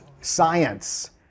science